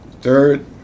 third